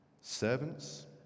Servants